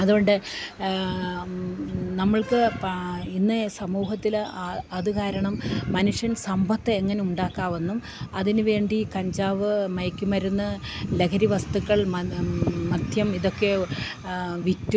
അതുകൊണ്ട് നമ്മൾക്ക് ഇന്ന് സമൂഹത്തില് അത് കാരണം മനുഷ്യൻ സമ്പത്ത് എങ്ങനെ ഉണ്ടാക്കാവെന്നും അതിന് വേണ്ടി കഞ്ചാവ് മയക്കു മരുന്ന് ലഹരി വസ്തുക്കൾ മദ്യം ഇതൊക്കെ വിറ്റും